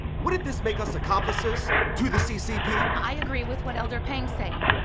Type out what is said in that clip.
wouldn't this make us accomplices to the ccp? i agree with what elder peng's saying.